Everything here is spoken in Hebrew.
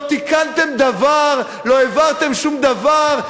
לא תיקנתם דבר, לא העברתם דבר.